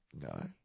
No